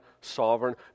sovereign